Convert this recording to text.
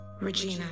Regina